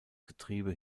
getriebe